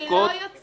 אני לא יוצאת.